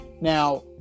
Now